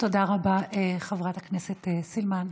תודה רבה, חברת הכנסת סילמן.